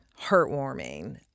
heartwarming